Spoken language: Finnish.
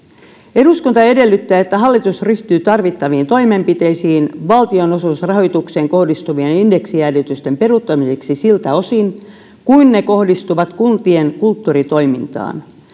eduskunta edellyttää että hallitus ryhtyy tarvittaviin toimenpiteisiin valtionosuusrahoitukseen kohdistuvien indeksijäädytysten peruuttamiseksi siltä osin kuin ne kohdistuvat kuntien kulttuuritoimintaan